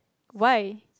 why